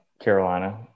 Carolina